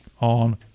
on